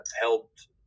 helped